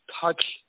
touch